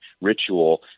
ritual